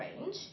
range